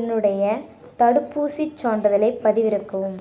என்னுடைய தடுப்பூசிச் சான்றிதழைப் பதிவிறக்கவும்